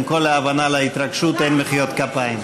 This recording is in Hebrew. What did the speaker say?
עם כל ההבנה להתרגשות, אין מחיאות כפיים.